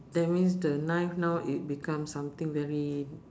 that means the knife now it becomes something very